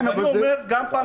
אני אומר שגם בפעם